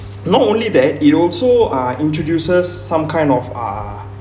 not only that it also ah introduces some kind of ah